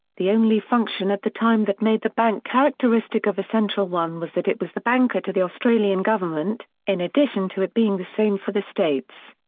the only function at the time that made the bank characteristic of a central one was that it was the banker to the australian government, in addition to it being the same for the states.